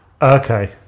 Okay